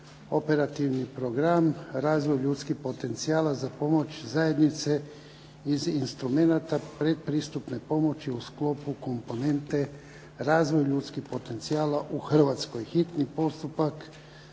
operativni program “Razvoj ljudskih potencijala“ za pomoć Zajednice iz instrumenata pretpristupne pomoći u sklopu komponente “Razvoj ljudskih potencijala u Hrvatskoj“, hitni postupak,